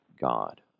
God